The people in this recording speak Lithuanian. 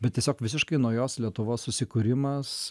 bet tiesiog visiškai naujos lietuvos susikūrimas